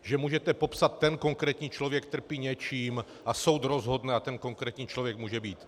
Že můžete popsat: ten konkrétní člověk trpí něčím a soud rozhodne a ten konkrétní člověk může být.